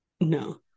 No